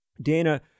Dana